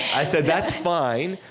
i said, that's fine.